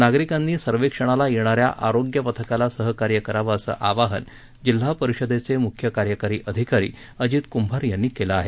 नागरिकांनी सर्वेक्षणाला येणाऱ्या आरोग्य पथकाला सहकार्य करावं असं आवाहन जिल्हा परिषदेचे मुख्य कार्यकारी आधिकारी अजित कुंभार यांनी केलं आहे